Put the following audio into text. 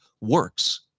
works